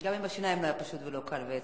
גם עם השיניים לא היה פשוט ולא היה קל, והצלחת.